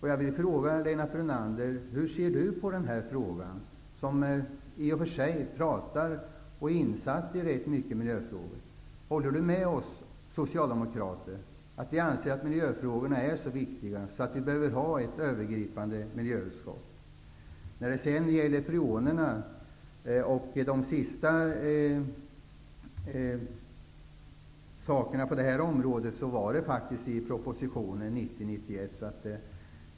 Hur ser Lennart Brunander, som ju rätt mycket talar om och är insatt i dessa frågor, på detta? Håller Lennart Brunander med oss socialdemokrater när vi säger att miljöfrågorna är så viktiga att det behövs ett övergripande miljöutskott? När det gäller freonerna och det senast tillkomna sakerna på det området handlar det faktiskt om propositionen från 1990/91.